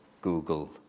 Google